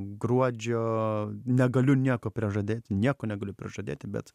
gruodžio negaliu nieko prižadėti nieko negaliu prižadėti bet